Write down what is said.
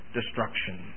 destruction